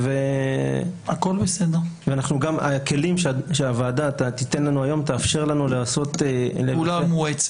הכלים שהוועדה תיתן לנו היום יאפשרו לנו לעשות -- פעולה מואצת.